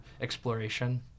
exploration